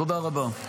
תודה רבה.